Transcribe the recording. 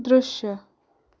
दृश्य